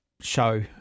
show